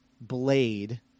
blade